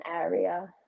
area